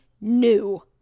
new